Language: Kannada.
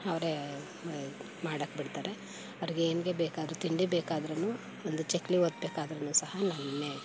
ಅವರೇ ಮಾಡಾಕ್ಬಿಡ್ತಾರೆ ಅವ್ರಿಗೇನು ಬಿ ಬೇಕಾದ್ರೂ ತಿಂಡಿ ಬೇಕಾದ್ರೂ ಒಂದು ಚಕ್ಕುಲಿ ಒತ್ತಬೇಕಾದ್ರೂ ಸಹ ನನ್ನೇ